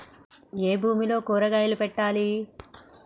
ఏ భూమిలో కూరగాయలు పెట్టాలి?